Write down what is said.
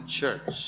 church